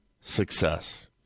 success